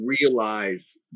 realize